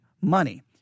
money